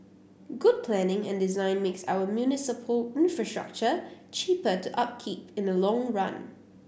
good planning and design makes our municipal infrastructure cheaper to upkeep in the long run